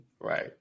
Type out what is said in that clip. right